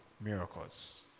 miracles